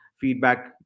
feedback